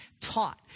taught